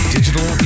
Digital